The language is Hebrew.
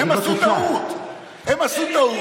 הם עשו טעות.